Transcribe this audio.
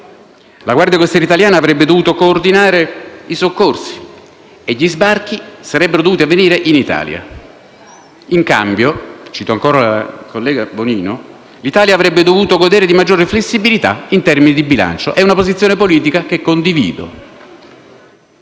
La Guardia costiera italiana avrebbe dovuto coordinare i soccorsi e gli sbarchi sarebbero dovuti avvenire in Italia. In cambio - cito ancora la collega Bonino - l'Italia avrebbe dovuto godere di maggiore flessibilità in termini di bilancio. È una posizione politica che condivido.